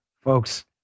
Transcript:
Folks